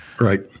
Right